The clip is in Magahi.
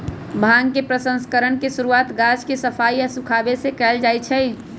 भांग के प्रसंस्करण के शुरुआत गाछ के सफाई आऽ सुखाबे से कयल जाइ छइ